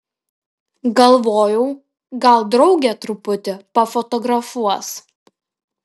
galvojau gal draugė truputį pafotografuos